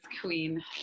queen